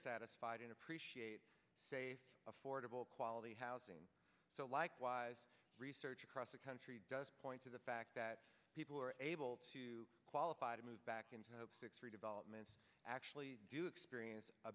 satisfied and appreciate safe affordable quality housing so likewise research across the country does point to the fact that people who are able to qualify to move back in zero six three developments actually do experience a